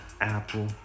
Apple